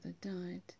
died